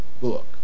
book